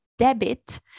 Debit